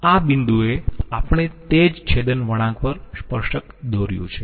અને આ બિંદુએ આપણે તે જ છેદન વળાંક પર સ્પર્શક દોર્યું છે